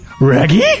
Reggie